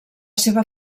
seva